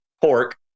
pork